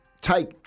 take